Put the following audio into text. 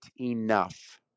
enough